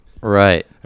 Right